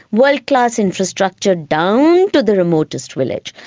world-class infrastructure down to the remotest village,